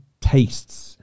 tastes